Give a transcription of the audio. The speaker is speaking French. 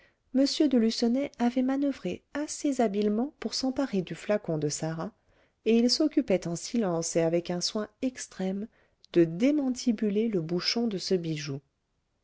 de lucenay avait manoeuvré assez habilement pour s'emparer du flacon de sarah et il s'occupait en silence et avec un soin extrême de démantibuler le bouchon de ce bijou